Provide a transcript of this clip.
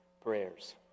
prayers